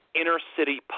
inner-city